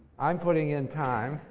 i'm putting in time.